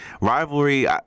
Rivalry